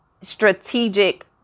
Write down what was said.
strategic